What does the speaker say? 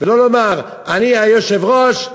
ולא לומר: אני היושב-ראש,